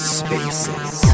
spaces